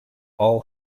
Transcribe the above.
all